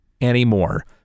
anymore